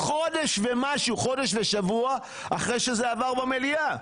חודש ושבוע אחרי שזה עבר במליאה.